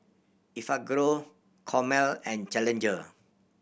Enfagrow Chomel and Challenger